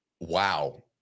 Wow